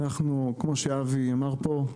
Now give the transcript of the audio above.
כמו שאבי אמר פה,